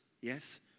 yes